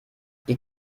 die